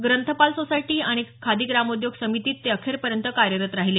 ग्रंथपाल society आणि आणि खादी ग्रामोद्योग समितीत ते अखेरपर्यंत कार्यरत राहिले